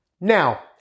Now